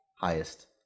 highest